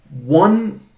one